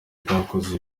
twakoze